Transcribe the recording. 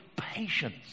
patience